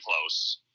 close